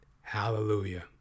Hallelujah